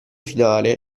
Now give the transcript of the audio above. finale